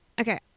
okay